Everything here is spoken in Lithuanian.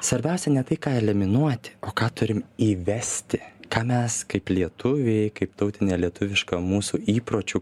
svarbiausia ne tai ką eliminuoti o ką turim įvesti ką mes kaip lietuviai kaip tautinė lietuviška mūsų įpročių